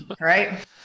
right